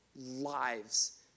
lives